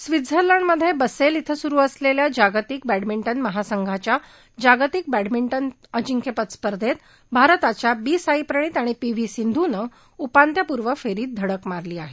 स्वित्झर्लंडमध्ये बसेल इथं सुरू असलेल्या जागतिक बॅंडमिंटन महासंघाच्या जागतिक बॅंडमिंटन अजिंक्यपद स्पर्धेत भारताच्या बी साईप्रणीत आणि पी व्ही सिंधूनं उपांत्यपूर्व फेरीत धडक मारली आहे